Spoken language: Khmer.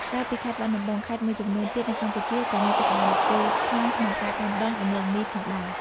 ក្រៅពីខេត្តបាត់ដំបង ខេត្តមួយចំនួនទៀតនៅកម្ពុជាក៏មានសក្ដានុពលខ្លាំងក្នុងការដាំដុះដំឡូងមីផងដែរ។